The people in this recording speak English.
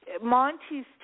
Monty's